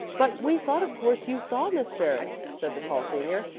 but we thought of course you saw miss ferris, said the tall senior,